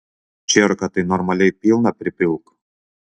čierką tai normaliai pilną pripilk